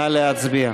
נא להצביע.